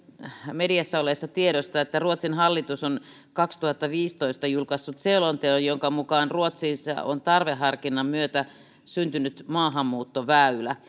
mediassa olleesta tiedosta että ruotsin hallitus on kaksituhattaviisitoista julkaissut selonteon jonka mukaan ruotsissa on tarveharkinnan myötä syntynyt maahanmuuttoväylä